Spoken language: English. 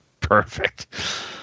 Perfect